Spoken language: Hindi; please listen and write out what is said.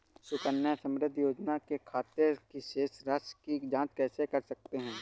सुकन्या समृद्धि योजना के खाते की शेष राशि की जाँच कैसे कर सकते हैं?